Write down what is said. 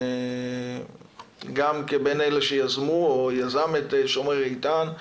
גם כמי שהיה בין היוזמים של "שומר איתן",